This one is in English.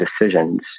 decisions